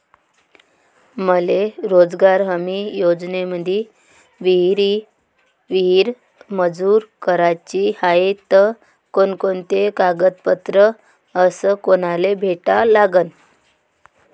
मले रोजगार हमी योजनेमंदी विहीर मंजूर कराची हाये त कोनकोनते कागदपत्र अस कोनाले भेटा लागन?